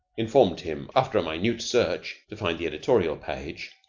informed him, after a minute search to find the editorial page,